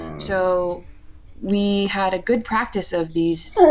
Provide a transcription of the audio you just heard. so we had a good practice of these,